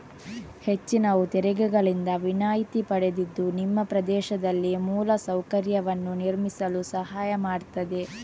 ಹೆಚ್ಚಿನವು ತೆರಿಗೆಗಳಿಂದ ವಿನಾಯಿತಿ ಪಡೆದಿದ್ದು ನಿಮ್ಮ ಪ್ರದೇಶದಲ್ಲಿ ಮೂಲ ಸೌಕರ್ಯವನ್ನು ನಿರ್ಮಿಸಲು ಸಹಾಯ ಮಾಡ್ತದೆ